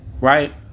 Right